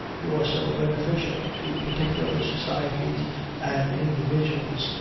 nor so beneficial to particular societies and individuals,